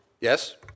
yes